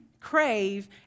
crave